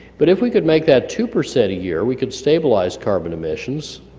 but if we could make that two percent a year we could stabilize carbon emissions,